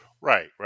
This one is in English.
right